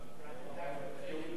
האמירה "יש שופטים בירושלים",